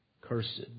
cursed